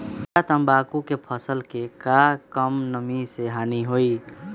हमरा तंबाकू के फसल के का कम नमी से हानि होई?